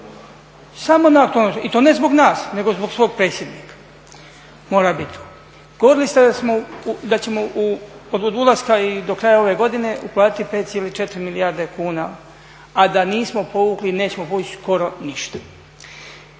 osim na aktualnom satu i to ne zbog nas nego zbog svog predsjednika mora biti tu. Govorili ste da ćemo od ulaska i do kraja ove godine uplatiti 5,4 milijarde kuna, a da nismo povukli i nećemo povući skoro ništa.